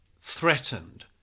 threatened